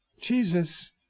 Jesus